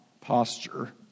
posture